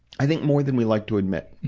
i think more than we like to admit.